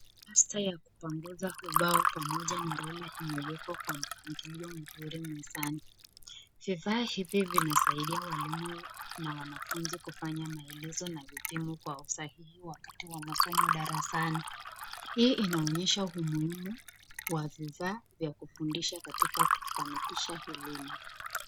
Dasta ya kupanguza ubao pamoja na rula imewekwa kwa mpangilio mzuri mezani, vifaa hivi vinasaidia walimu na wanafunzi kufanya maelezo na elimu kwa usahihi wakati wa masomo darasani. Hii inaonyesha umuhimu wa vifaa vya kufundisha katika kufanikisha elimu.